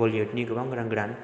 Bollywood नि गोबां गोदान गोदान